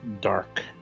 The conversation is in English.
dark